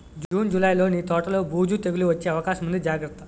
June, జూలైలో నీ తోటలో బూజు, తెగులూ వచ్చే అవకాశముంది జాగ్రత్త